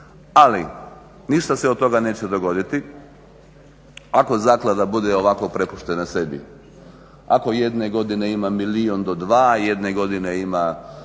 Ali ništa se od toga neće dogoditi ako zaklada bude ovako prepuštena sebi, ako jedne godine ima milijun do dva, jedne godine ima